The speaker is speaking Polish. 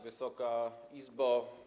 Wysoka Izbo!